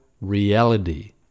reality